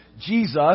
Jesus